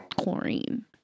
chlorine